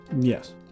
Yes